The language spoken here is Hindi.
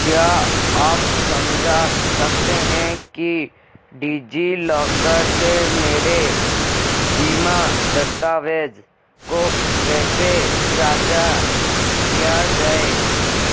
क्या आप समझा सकते हैं कि डिजिलॉकर से मेरे बीमा दस्तावेज़ को कैसे साझा किया जाए